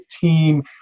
team